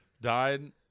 died